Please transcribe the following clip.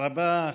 תודה רבה.